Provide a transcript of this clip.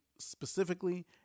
specifically